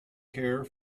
care